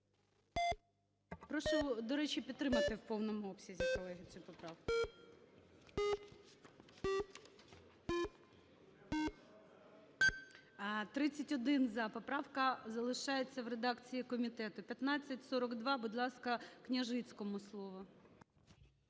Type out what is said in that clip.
Прошу, до речі, підтримати в повному обсязі, колеги, цю поправку. 11:19:37 За-31 Поправка залишається в редакції комітету. 1542. Будь ласка, Княжицькому слово.